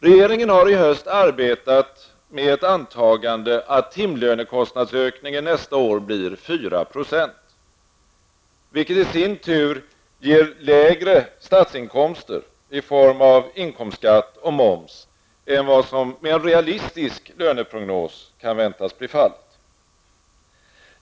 Regeringen har i höst arbetat med ett antagande att timlönekostnadsökningen nästa år blir 4 %, vilket i sin tur ger lägre statsinkomster i form av inkomstskatt och moms än vad som med en realistisk löneprognos kan väntas bli fallet.